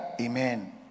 amen